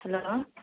hello